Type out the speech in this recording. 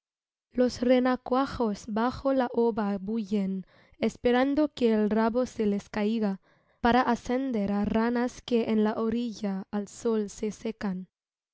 los renacuajos bajo la ova bullen esperando que el rabo se les caiga para ascender á ranas que en la orilla al sol se secan